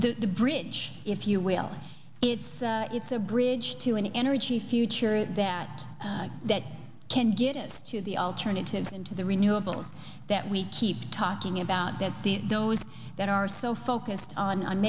the bridge if you will it's it's a bridge to an energy future that that can get to the alternatives and to the renewables that we keep talking about that those that are so focused on